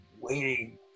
waiting